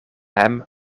hem